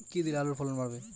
কী দিলে আলুর ফলন বাড়বে?